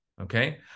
okay